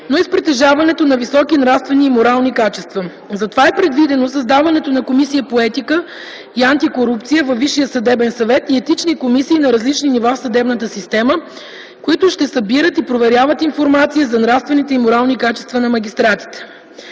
но и с притежаването на високи нравствени и морални качества. Затова е предвидено създаването на Комисия по етика и антикорупция във Висшия съдебен съвет и етични комисии на различни нива в съдебната система, които ще събират и проверяват информация за нравствените и морални качества на магистратите.